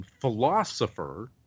philosopher